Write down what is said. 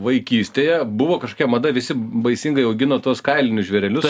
vaikystėje buvo kažkokia mada visi baisingai augino tuos kailinius žvėrelius